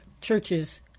churches